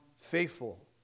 faithful